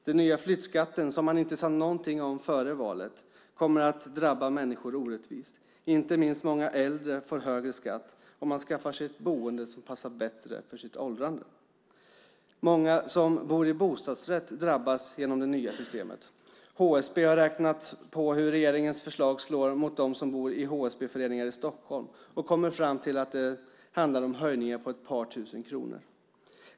Den nya flyttskatten, som man inte sade någonting om före valet, kommer att drabba människor orättvist. Inte minst många äldre får högre skatt om de skaffar sig ett boende som passar bättre inför åldrandet. Många som bor i bostadsrätt drabbas av det nya systemet. HSB har räknat på hur regeringens förslag slår mot dem som bor i HSB-föreningar i Stockholm och kommit fram till att det handlar om höjningar med ett par tusen kronor.